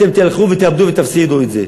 אתם תלכו ותאבדו ותפסידו את זה.